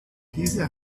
diese